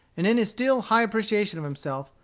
and in his still high appreciation of himself,